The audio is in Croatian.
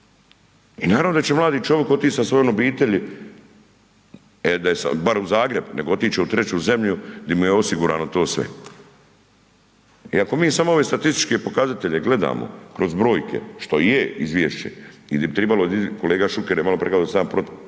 I naravno da će mladi čovjek otići sa svojom obitelji, e da je bar u Zagreb, nego otići će u treću zemlju gdje mu je osigurano to sve. I ako mi samo ove statističke pokazatelje gledamo kroz brojke što je izvješće i gdje bi trebalo, kolega Šuker je maloprije rekao da sam ja protiv,